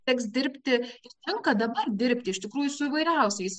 teks dirbti tenka dabar dirbti iš tikrųjų su įvairiausiais